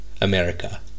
America